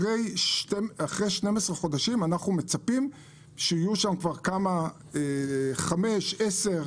אנחנו מצפים שאחרי 12 חודשים יהיו שם 10-5 יזמים,